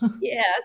yes